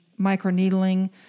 microneedling